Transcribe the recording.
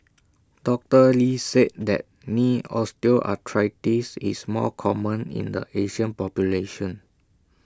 doctor lee said that knee osteoarthritis is more common in the Asian population